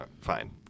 fine